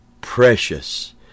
precious